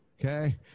Okay